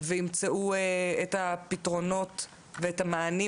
וימצאו את הפתרונות ואת המענים,